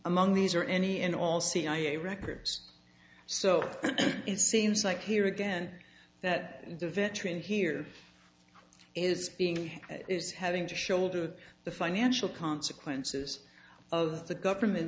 among these are any and all cia records so it seems like here again that the veteran here is being is having to shoulder the financial consequences of the government